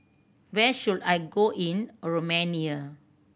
where should I go in Romania